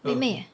妹妹